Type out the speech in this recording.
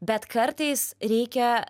bet kartais reikia